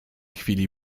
chwili